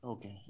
Okay, (